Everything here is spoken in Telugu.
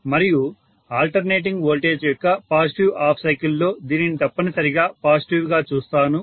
మరియు ఆల్టర్నేటింగ్ వోల్టేజ్ యొక్క పాజిటివ్ హాఫ్ సైకిల్ లో దీనిని తప్పనిసరిగా పాజిటివ్ గా చూస్తాను